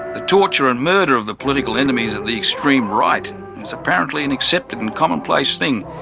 the torture and murder of the political enemies of the extreme right is apparently an accepted and commonplace thing.